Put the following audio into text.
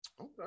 Okay